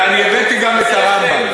ואני הבאתי גם את הרמב"ם.